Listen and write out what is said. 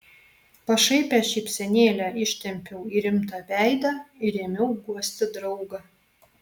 pašaipią šypsenėlę ištempiau į rimtą veidą ir ėmiau guosti draugą